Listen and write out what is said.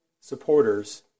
supporters